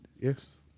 Yes